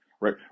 right